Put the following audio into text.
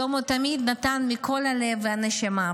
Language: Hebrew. שלמה תמיד נתן מכל הלב והנשמה,